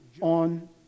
on